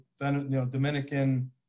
Dominican